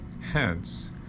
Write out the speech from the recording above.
Hence